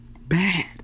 bad